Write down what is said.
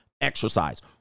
exercise